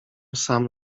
sam